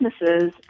businesses